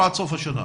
עד סוף השנה,